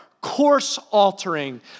course-altering